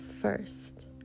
first